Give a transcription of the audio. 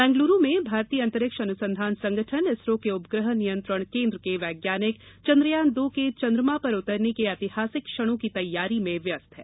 बेंगलुरू में भारतीय अंतरिक्ष अनुसंधान संगठन इसरो के उपग्रह नियंत्रण केन्द्र के वैज्ञानिक चंद्रयान दो के चंद्रमा पर उतरने के ऐतिहासिक क्षणों की तैयारी में व्यस्त हैं